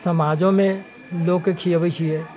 समाजो मे लोक के खीयबै छियै